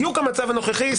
בדיוק המצב הנוכחי,